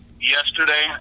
yesterday